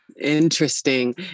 Interesting